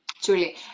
Truly